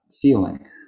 feeling